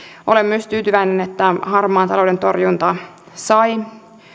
olen myös tyytyväinen että harmaan talouden torjunta sai